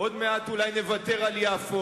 עוד מעט אולי נוותר על יפו,